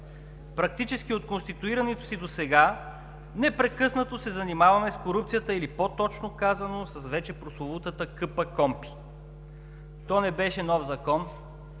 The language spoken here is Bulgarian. Практически от конституирането си досега непрекъснато се занимаваме с корупцията, или по-точно казано, с вече прословутата КПКОНПИ – то не беше нов закон,